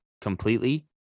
completely